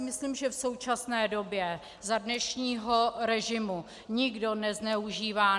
Myslím si, že v současné době za dnešního režimu nikdo nezneužívá.